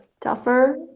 tougher